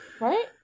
Right